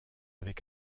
avec